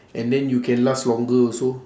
and then you can last longer also